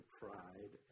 pride